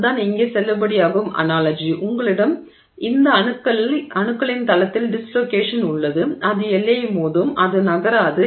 இதுதான் இங்கே செல்லுபடியாகும் அனாலஜி உங்களிடம் இந்த அணுக்களின் தளத்தின் டிஸ்லோகேஷன் உள்ளது அது எல்லையை மோதும் அது நகராது